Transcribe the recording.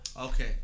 Okay